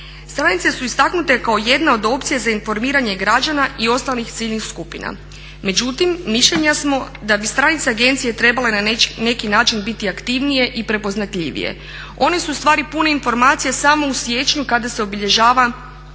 Stranice su istaknute kao jedna od opcija za informiranje građana i ostalih ciljnih skupina. Međutim, mišljenja smo da bi stranice agencije trebale na neki način biti aktivnije i prepoznatljivije. One su ustvari pune informacija samo u siječnju kada se obilježava